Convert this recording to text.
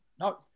No